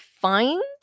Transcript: find